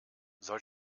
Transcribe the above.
soll